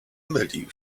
mylił